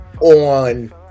on